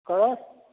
କ'ଣ